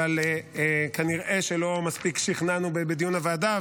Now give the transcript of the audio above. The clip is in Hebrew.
אבל כנראה שלא מספיק שכנענו בדיון בוועדה,